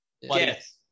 Yes